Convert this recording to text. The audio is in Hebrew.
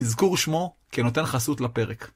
זכור שמו, כי הוא נותן חסות לפרק.